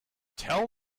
tell